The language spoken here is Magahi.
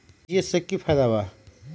आर.टी.जी.एस से की की फायदा बा?